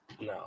No